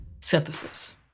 synthesis